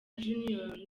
junior